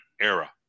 era